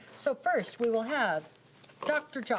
so, first we will have dr. jocham.